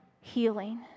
healing